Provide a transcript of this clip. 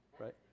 right